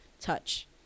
touch